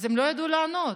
הם לא ידעו לענות.